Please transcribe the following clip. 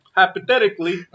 hypothetically